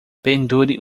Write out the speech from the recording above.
pendure